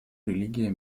религия